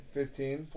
fifteen